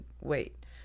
wait